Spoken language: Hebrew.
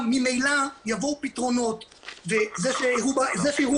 ממילא יבואו פתרונות וזה שיראו